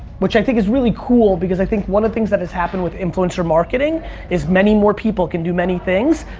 which i think is really cool, because i think one of the things that has happened with influencer marketing is many more people can do many things.